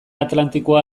atlantikoa